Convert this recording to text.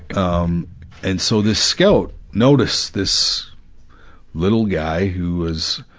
um and so this scout noticed this little guy, who was,